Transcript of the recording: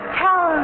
tell